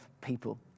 people